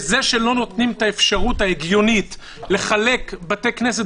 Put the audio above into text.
בזה שלא נותנים את האפשרות ההגיונית לחלק בתי כנסת